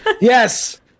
Yes